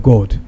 God